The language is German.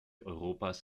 europas